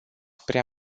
prea